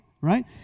Right